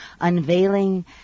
unveiling